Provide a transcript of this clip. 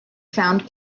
found